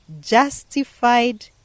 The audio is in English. justified